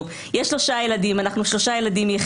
"אנחנו שלושה ילדים יחידים,